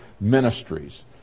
ministries